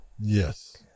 Yes